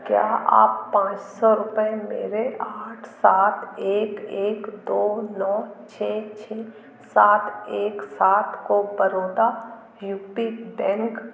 क्या आप पाँच सौ रुपये मेरे आठ सात एक एक दो नौ छः छः सात एक सात को बड़ौदा यू पी बैंक